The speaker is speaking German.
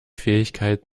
fähigkeit